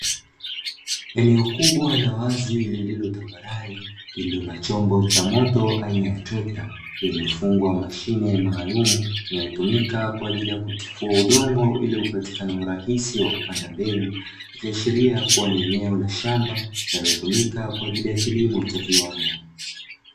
Eneo kubwa la wazi lililotambarare, lililo na chombo cha moto aina ya trekta iliyofungwa mashine maalumu inayotumika kwa ajili ya kutifua udongo, ili upatikane urahisi wa kupanda mbegu. Ikiashiria kuwa ni eneo la shamba linalotumika kwa ajili ya kilimo cha viwanda.